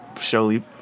surely